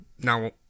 Now